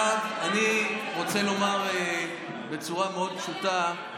קיש, אתה שר החינוך.